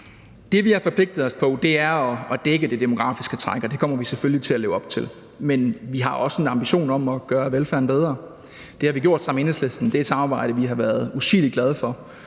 Det, vi har forpligtet os på, er at dække det demografiske træk. Det kommer vi selvfølgelig til at leve op til. Men vi har også en ambition om at gøre velfærden bedre. Det har vi gjort sammen med Enhedslisten. Det er et samarbejde, som vi har været usigelig glade for